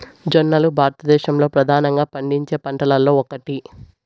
జొన్నలు భారతదేశంలో ప్రధానంగా పండించే పంటలలో ఒకటి